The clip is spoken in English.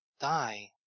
Die